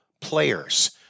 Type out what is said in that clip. players